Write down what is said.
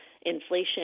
inflation